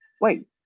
wait